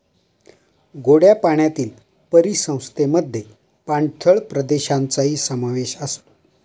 गोड्या पाण्यातील परिसंस्थेमध्ये पाणथळ प्रदेशांचाही समावेश असतो